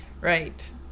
Right